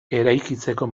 eraikitzeko